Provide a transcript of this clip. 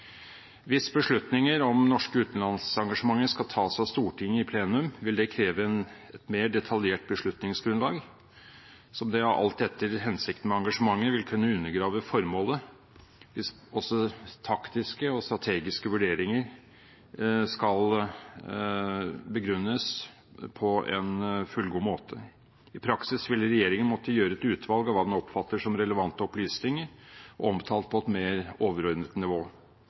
Hvis beslutninger om norske utenlandsengasjementer skal tas av Stortinget i plenum, vil det kreve et mer detaljert beslutningsgrunnlag, som da alt etter hensikten med engasjementet vil kunne undergrave formålet, hvis også taktiske og strategiske vurderinger skal begrunnes på en fullgod måte. I praksis ville regjeringen måtte gjøre et utvalg av hva den oppfatter som relevante opplysninger, omtalt på et mer overordnet nivå.